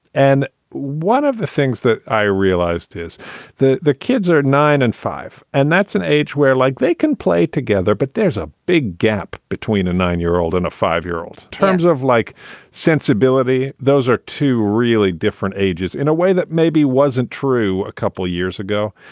and one of the things that i realized, his kids are nine and five, and that's an age where, like they can play together. but there's a big gap between a nine year old and a five year old terms of like sensibility. those are two really different ages in a way that maybe wasn't true a couple years ago.